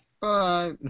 Bye